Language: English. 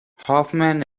hoffman